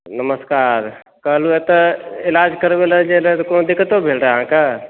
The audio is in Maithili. नमस्कार कहलहुँ एतऽ इलाज करबै लए गेल रही तऽ कोनो दिक्कतो भेल रहय अहाँकेॅं